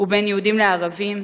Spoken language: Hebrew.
ובין יהודים לערבים,